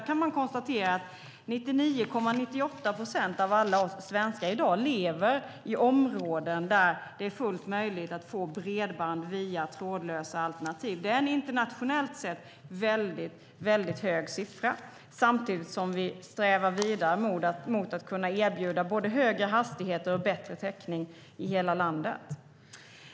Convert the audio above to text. Man kan konstatera att 99,98 procent av alla svenskar i dag lever i områden där det är fullt möjligt att få bredband via trådlösa alternativ. Det är en internationellt sett hög siffra. Samtidigt strävar vi vidare i riktning mot att kunna erbjuda både högre hastigheter och bättre täckning i hela landet.